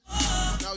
now